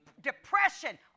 depression